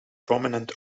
prominent